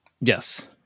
Yes